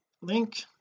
link